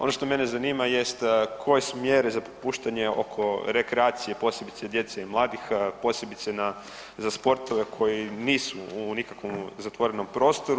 Ono što mene zanima jest koje su mjere za popuštanje oko rekreacije posebice djece i mladih, posebice za sportove koji nisu u nikakvom zatvorenom prostoru?